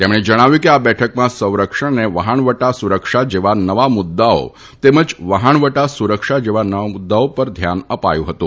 તેમણે જણાવ્યું હતું કે આ બેઠકમાં સંરક્ષણ અને વહાણવટા સુરક્ષા જેવા નવા મુદ્દાઓ તેમજ વહાણવટા સુરક્ષા જેવા નવા મુદ્દાઓ પર ધ્યાન અપાયું હતું